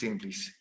please